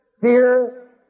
fear